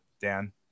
Dan